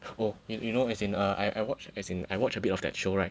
or you you know as in er I I watched as in I watched a bit of that show right